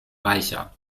reicher